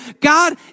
God